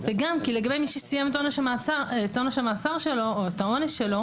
לגבי מי שסיים את עונש המאסר שלו או את עונשו,